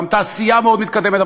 גם תעשייה מאוד מתקדמת,